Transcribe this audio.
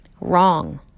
Wrong